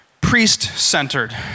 Priest-centered